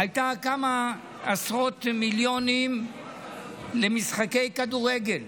הייתה של כמה עשרות מיליונים למשחקי כדורגל,